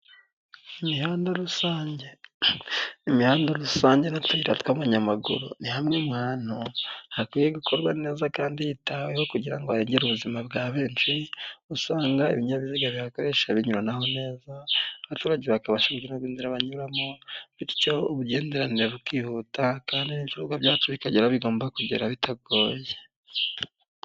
Imihanda rusange, imihanda rusange n'utuyira tw'abanyamaguru ni hamwe mu hantu hakwiye gukorwa neza kandi hitaweho kugira ngo harengere ubuzima bwa benshi, usanga ibinyabiziga bihakoresha binyuranaho neza, abaturage bakabasha kugira inzira banyuramo, bityo ubugenderanire bukihuta kandi n'ibikorwa byacu bikagera aho bigomba kugera bitagoye.